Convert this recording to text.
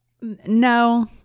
No